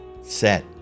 set